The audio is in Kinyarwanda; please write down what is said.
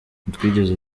ntitwigeze